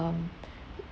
um